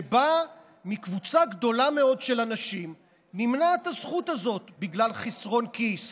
שבה מקבוצה גדולה של אנשים נמנעת הזכות הזאת בגלל חסרון כיס,